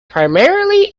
primarily